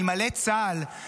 ואלמלא צה"ל,